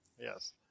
yes